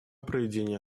проведение